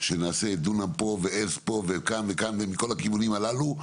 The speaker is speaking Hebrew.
שנעשה דונם פה ועץ פה ,וכאן וכאן וכל הכיוונים הללו,